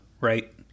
right